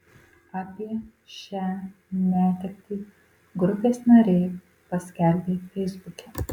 apie šią netektį grupės nariai paskelbė feisbuke